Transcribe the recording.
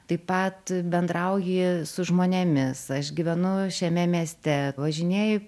taip pat bendrauji su žmonėmis aš gyvenu šiame mieste važinėju